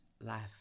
life